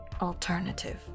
alternative